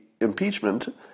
impeachment